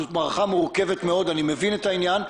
זאת מערכה מורכבת מאוד, אני מבין את העניין.